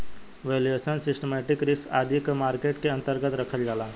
valuation, systematic risk आदि के market के अन्तर्गत रखल जाला